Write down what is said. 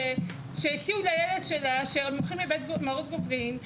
שהציעו לילד שלה שהולכים למערות גוברין,